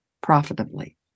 profitably